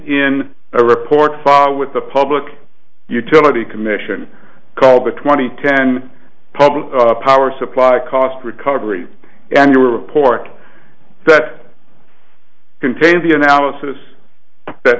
in a report filed with the public utility commission called the twenty ten public power supply cost recovery and you are reporting that contained the analysis that